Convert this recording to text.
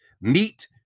meet